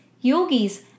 yogis